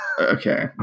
Okay